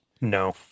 No